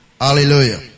Hallelujah